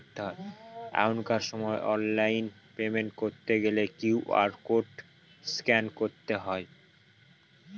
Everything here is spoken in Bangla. এখনকার সময় অনলাইন পেমেন্ট করতে গেলে কিউ.আর কোড স্ক্যান করতে হয়